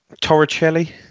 Torricelli